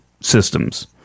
systems